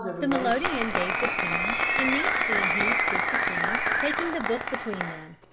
the melodeon gave the tune, and nancy and he stood to sing, taking the book between them.